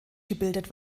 gebildet